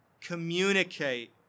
communicate